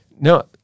No